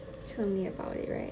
tell me about it